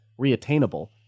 reattainable